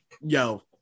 yo